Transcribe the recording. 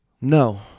No